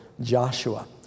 Joshua